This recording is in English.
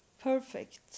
perfect